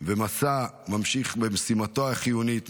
ממשיך במשימתו החיונית.